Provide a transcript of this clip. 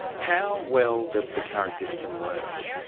how well does the current system work?